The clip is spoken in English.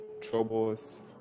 troubles